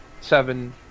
seven